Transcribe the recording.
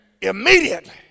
immediately